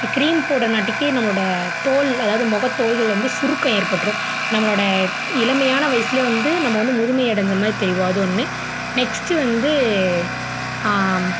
cream போட்டுறனாட்டிக்கி நம்மளோடய தோல் அதாவது முகத் தோல்கலேருந்து சுருக்கம் ஏற்பட்டுரும் நம்மளோடய இளமையான வயசில் வந்து நம்ம வந்து முதுமை அடைஞ்சமாதிரி தெரிவோம் அது ஒன்று நெக்ஸ்ட்டு வந்து